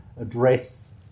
address